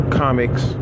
comics